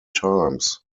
times